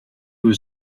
was